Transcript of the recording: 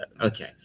Okay